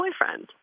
boyfriend